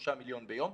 כ-3 מיליון ביום.